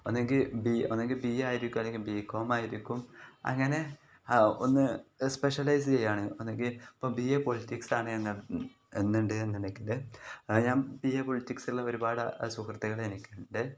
ഒന്നെങ്കിൽ ബി ഒന്നെങ്കിൽ B A ആയിരിക്കും അല്ലെങ്കിൽ ബികോം ആയിരിക്കും അങ്ങനെ ഒന്ന് സ്പെഷ്യലൈസ് ചെയ്യുകയാണ് ഒന്നെങ്കിൽ ഇപ്പം ബി എ പൊളിറ്റിക്സാണ് എന്നുണ്ട് എന്നുണ്ടെങ്കിൽ ഞാൻ ബി എ പൊളിറ്റിക്സുള്ള ഒരുപാട് സുഹൃത്തുക്കൾ എനിക്കുണ്ട്